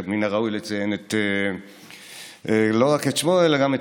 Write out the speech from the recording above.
ומן הראוי לציין לא רק את שמו אלא גם את